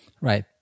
right